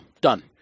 Done